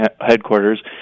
headquarters